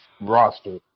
roster